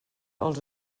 els